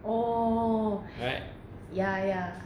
right